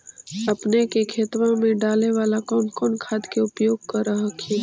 अपने के खेतबा मे डाले बाला कौन कौन खाद के उपयोग कर हखिन?